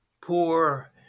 poor